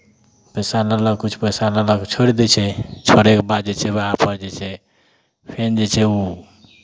पैसा लेलक किछु पैसा लेलक छोड़ि दै छै छोड़यके बाद जे छै उएहपर जे छै फेन जे छै ओ